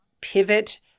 pivot